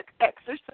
exercise